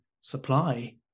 supply